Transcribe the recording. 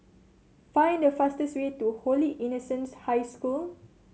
find the fastest way to Holy Innocents' High School